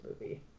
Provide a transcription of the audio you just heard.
movie